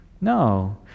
No